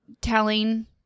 telling